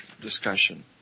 discussion